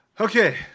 Okay